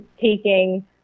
taking